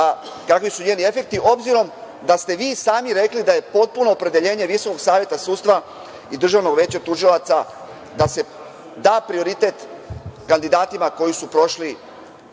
kakvi su njeni efekti, obzirom da ste vi sami rekli da je potpuno opredelenje VSS i Državnog veća tužilaca da se da prioritet kandidatima koji su prošli,